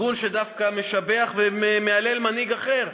ארגון שדווקא משבח ומהלל מנהיג אחר,